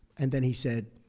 and then he said,